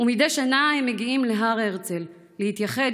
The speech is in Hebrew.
ומדי שנה הם מגיעים להר הרצל להתייחד